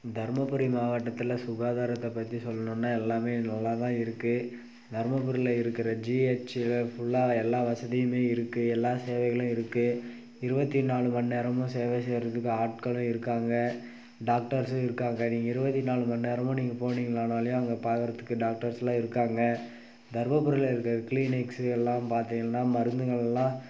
தருமபுரி மாவட்டத்தில் சுகாதாரத்தை பற்றி சொல்லணும்ன்னா எல்லாமே நல்லா தான் இருக்குது தருமபுரியில் இருக்கிற ஜிஹெச்சில் ஃபுல்லா எல்லா வசதியுமே இருக்குது எல்லா சேவைகளும் இருக்குது இருபத்தி நாலு மணிநேரமும் சேவை செய்கிறதுக்கு ஆட்களும் இருக்காங்க டாக்டர்ஸும் இருக்காங்க நீங்கள் இருபத்தி நாலு மணிநேரமும் நீங்கள் போனீங்கன்னாலே அங்கே பார்க்கறதுக்கு டாக்டர்ஸ்லாம் இருக்காங்க தருமபுரியில் இருக்கிற கிளீனிக்ஸ் எல்லாம் பார்த்தீங்கன்னா மருந்துகள்ல்லாம்